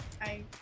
I-